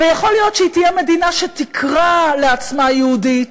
ויכול להיות שהיא תהיה מדינה שתקרא לעצמה יהודית